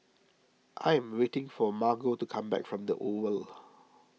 I am waiting for Margo to come back from the Oval